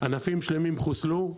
ענפים שלמים חוסלו,